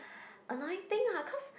annoying thing lah cause